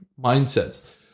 mindsets